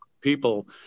people